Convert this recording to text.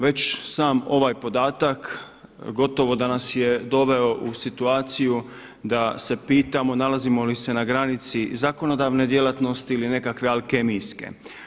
Već sam ovaj podatak gotovo da nas je doveo u situaciju da se pitamo nalazimo li se na granici zakonodavne djelatnosti ili nekakve alkemijske.